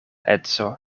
edzo